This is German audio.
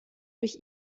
durch